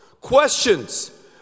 Questions